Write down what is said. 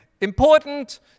important